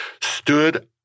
stood